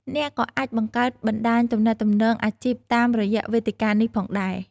អ្នកក៏អាចបង្កើតបណ្ដាញទំនាក់ទំនងអាជីពតាមរយៈវេទិកានេះផងដែរ។